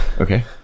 Okay